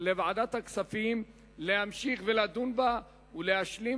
לוועדת הכספים להמשיך ולדון בה ולהשלים